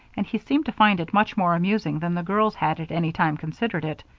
and he seemed to find it much more amusing than the girls had at any time considered it.